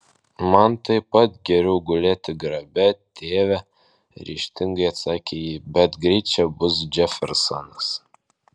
man taip pat geriau gulėti grabe tėve ryžtingai atsakė ji bet greit čia bus džefersonas